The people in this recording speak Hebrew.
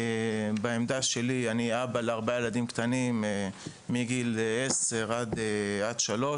בעמדה שלי אני אבא לארבעה ילדים קטנים מגיל עשר עד שלוש,